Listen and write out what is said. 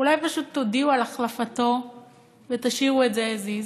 אולי פשוט תודיעו על החלפתו ותשאירו את זה as is?